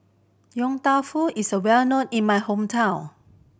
Yong Tau Foo is well known in my hometown